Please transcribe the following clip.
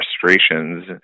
frustrations